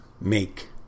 make